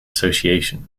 association